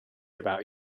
about